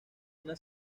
una